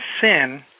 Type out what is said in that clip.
sin